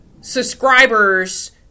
subscribers